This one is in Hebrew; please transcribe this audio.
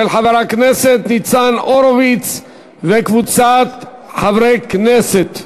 של חבר הכנסת ניצן הורוביץ וקבוצת חברי הכנסת.